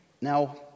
Now